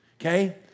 okay